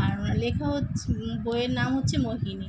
আর আমার লেখা হচ্ছে বইয়ের নাম হচ্ছে মোহিনী